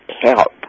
help